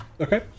Okay